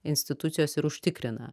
institucijos ir užtikrina